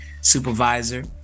supervisor